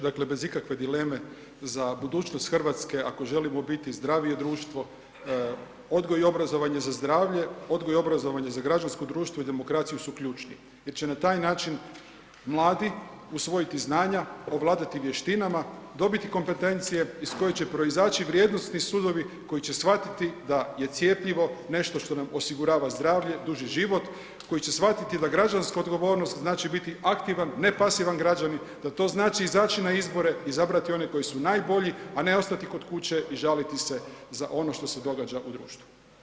Dakle bez ikakve dileme za budućnost Hrvatske ako želimo biti zdravije društvo, odgoj i obrazovanje za zdravlje, odgoj i obrazovanje za građansko društvo i demokraciju su ključni jer će na taj način mladi usvojiti znanja, ovladati vještinama, dobiti kompetencije iz kojih će proizaći vrijednosni sudovi koji će shvatiti da je cjepivo nešto što nam osigurava zdravlje, duži život, koji će shvatiti da građanska odgovornost znači biti aktivan, ne pasivan građanin, da to znači izaći na izbore, izabrati one koji su najbolji, a ne ostati kod kuće i žaliti se za ono što se događa u društvu.